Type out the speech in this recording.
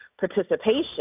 participation